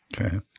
Okay